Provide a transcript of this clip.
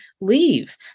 leave